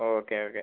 okay okay